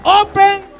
open